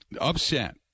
upset